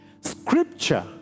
Scripture